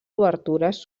obertures